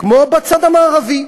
כמו בצד המערבי.